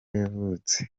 yavutse